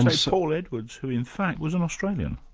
and so paul edwards, who in fact was an australian.